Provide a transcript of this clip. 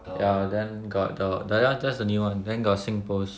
ya then got the tha~ that [one] that's the new [one] then got Singpost